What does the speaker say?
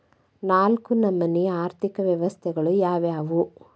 ನಾಲ್ಕು ನಮನಿ ಆರ್ಥಿಕ ವ್ಯವಸ್ಥೆಗಳು ಯಾವ್ಯಾವು?